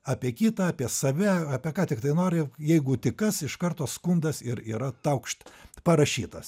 apie kitą apie save apie ką tiktai nori jeigu tik kas iš karto skundas ir yra taukšt parašytas